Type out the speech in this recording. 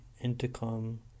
intercom